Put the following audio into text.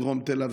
דרום תל אביב,